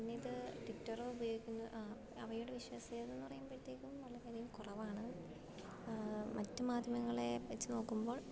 പിന്നെ ഇത് ട്വിറ്റർ ഉപയോഗിക്കുന്ന അവയുടെ വിശ്വസനീയതയെന്നു പറയുമ്പോഴത്തേക്കും വളരെയധികം കുറവാണ് മറ്റ് മാധ്യമങ്ങളെ വെച്ചു നോക്കുമ്പോൾ